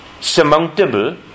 surmountable